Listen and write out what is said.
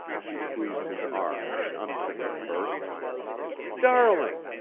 she squeezed his arm in an unthinking burst darling!